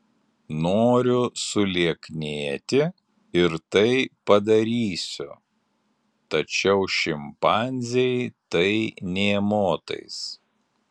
noriu sulieknėti ir tai padarysiu tačiau šimpanzei tai nė motais